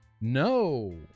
No